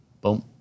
Boom